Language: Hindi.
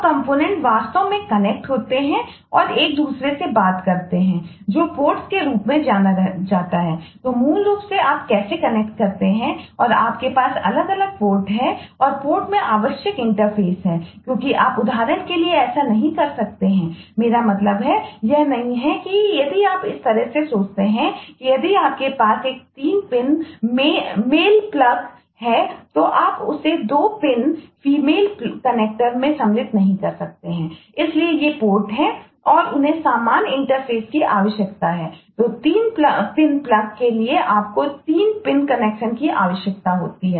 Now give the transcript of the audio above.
और कंपोनेंट की आवश्यकता होती है